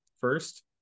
first